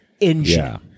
engine